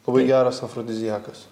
labai geras afrodiziakas